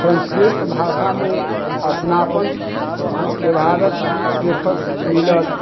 संस्कृत भाषामे अपनापन व्यवहारके देखऽके मिलल